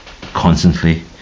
constantly